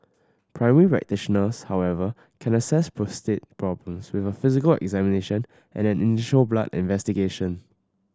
primary practitioners however can assess prostate problems with a physical examination and an initial blood investigation